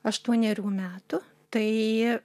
aštuonerių metų tai